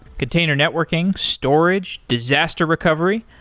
container networking, storage, disaster recovery,